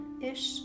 ish